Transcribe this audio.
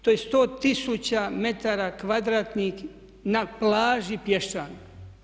To je 100 tisuća metara kvadratnih na plaži pješčanoj.